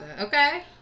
okay